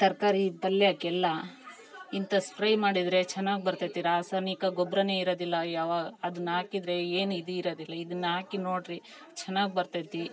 ತರಕಾರಿ ಪಲ್ಯಾಕ್ಕೆ ಎಲ್ಲ ಇಂಥ ಸ್ಪ್ರೈ ಮಾಡಿದರೆ ಚೆನ್ನಾಗ್ ಬರ್ತತಿ ರಾಸಾಯನಿಕ ಗೊಬ್ಬರನೇ ಇರೋದಿಲ್ಲ ಯಾವ ಅದನ್ನು ಹಾಕಿದ್ರೆ ಏನು ಇದು ಇರೋದಿಲ್ಲ ಇದನ್ನು ಹಾಕಿ ನೋಡಿರಿ ಚೆನ್ನಾಗ್ ಬರ್ತತಿ